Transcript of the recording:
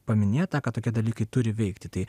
paminėta kad tokie dalykai turi veikti tai